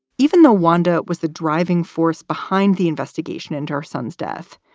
even though wanda was the driving force behind the investigation into her son's death,